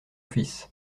fils